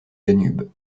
danube